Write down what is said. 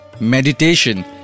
Meditation